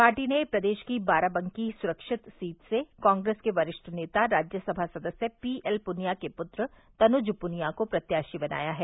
party ने प्रदेश की बाराबंकी सुरक्षित सीट से कांग्रेस के वरिष्ठ नेता राज्य सभा सदस्य पीएलपुनिया के पुत्र तनुज पुनिया को प्रत्याशी बनाया है